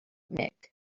mick